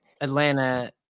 Atlanta